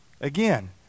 Again